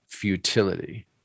futility